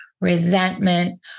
resentment